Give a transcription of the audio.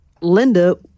Linda